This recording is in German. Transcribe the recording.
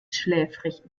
schläfrig